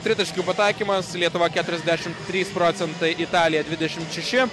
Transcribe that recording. tritaškių pataikymas lietuva keturiasdešimt trys procentai italija dvidešimt šeši